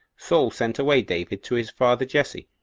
saul sent away david to his father jesse,